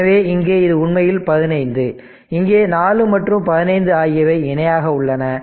எனவே இங்கே இது உண்மையில் 15 இங்கே 4 மற்றும் 15 ஆகியவை இணையாக உள்ளன